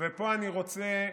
ופה אני רוצה,